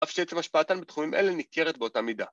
‫אף שעצם השפעתן בתחומים אלה ‫ניכרת באותה מידה.